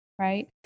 Right